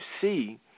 see